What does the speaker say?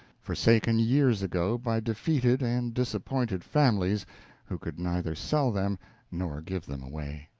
forsaken years ago by defeated and disappointed families who could neither sell them nor give them away.